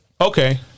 Okay